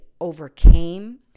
overcame